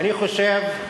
אני חושב,